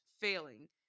Failing